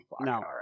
No